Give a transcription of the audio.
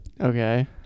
Okay